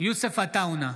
יוסף עטאונה,